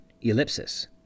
ellipsis